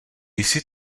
jsi